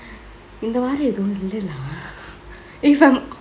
இந்த வாரொ எதுவு இல்லலா:inthe vaaro ethavu illelaa if I'm